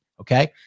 Okay